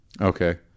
okay